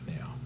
now